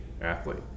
athlete